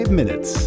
minutes